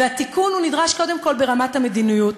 התיקון נדרש קודם כול ברמת המדיניות.